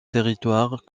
territoire